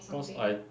cause I